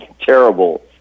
terrible